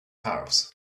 house